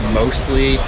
mostly